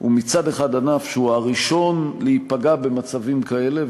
הוא מצד אחד ענף שהוא הראשון להיפגע במצבים כאלה,